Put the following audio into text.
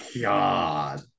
God